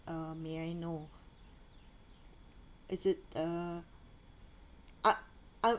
uh may I know is it uh I I'm